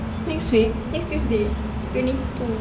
next week next tuesday twenty two